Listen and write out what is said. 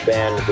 Band